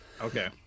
okay